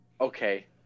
okay